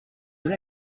deux